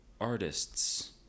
artists